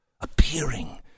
appearing